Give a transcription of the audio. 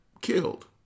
killed